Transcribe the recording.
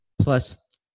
plus